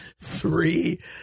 three